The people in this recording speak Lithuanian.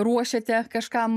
ruošiate kažkam